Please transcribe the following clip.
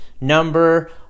number